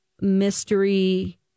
mystery